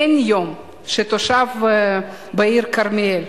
אין יום שתושב העיר כרמיאל,